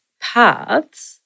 paths